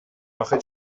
آخه